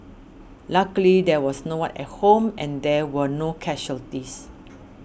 luckily there was no one at home and there were no casualties